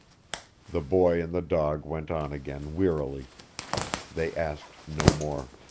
the boy and the dog went on again wearily they asked no more.